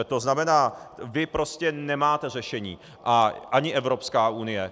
To znamená, vy prostě nemáte řešení, ani Evropská unie.